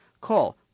Call